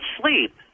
sleep